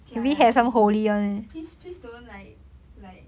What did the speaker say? okay lah kidding kidding please please don't like like